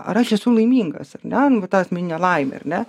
ar aš esu laimingas ar ne nu va ta asmeninė laimė ar ne